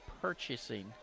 purchasing